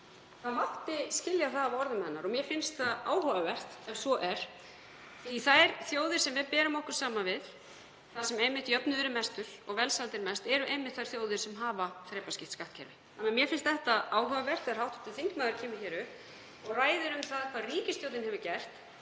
Það mátti skilja það af orðum hennar og mér finnst það áhugavert ef svo er. Þær þjóðir sem við berum okkur saman við, þar sem jöfnuður er mestur og velsældin mest, eru einmitt þær þjóðir sem hafa þrepaskipt skattkerfi. Mér finnst því áhugavert, þegar hv. þingmaður kemur hér upp og ræðir um hvað ríkisstjórnin hefur gert,